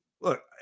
look